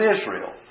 Israel